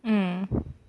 mm